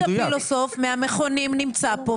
יהודה פילוסוף מהמכונים נמצא פה,